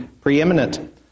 preeminent